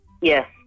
Yes